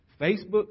Facebook